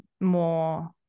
more